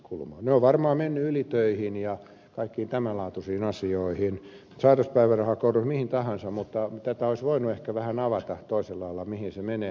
ne on varmaan menneet ylitöihin ja kaikkiin tämän laatuisiin asioihin sairauspäivärahakorvauksiin mihin tahansa mutta tätä olisi voinut ehkä vähän avata toisella lailla mihin se menee